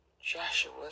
Joshua